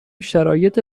شرایط